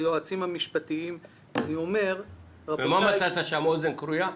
ליועצים המשפטיים -- לא מצאת שם אוזן כרויה?